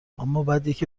امابعدیکی